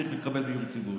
צריך לקבל דיור ציבורי.